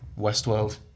Westworld